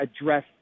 address